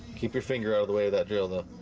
keep your finger out of the way that drill though